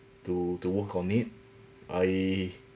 to to work on it I